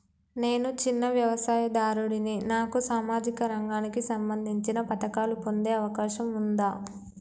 నేను చిన్న వ్యవసాయదారుడిని నాకు సామాజిక రంగానికి సంబంధించిన పథకాలు పొందే అవకాశం ఉందా?